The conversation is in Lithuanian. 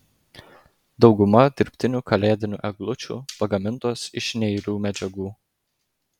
dauguma dirbtinių kalėdinių eglučių pagamintos iš neirių medžiagų